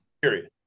Period